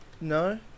No